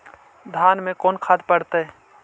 धान मे कोन खाद पड़तै?